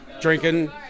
drinking